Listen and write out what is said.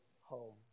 home